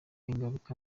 ingaruka